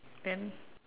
then